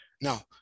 Now